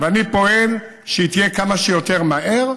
ואני פועל שהיא תהיה כמה שיותר מהר,